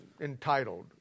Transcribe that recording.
entitled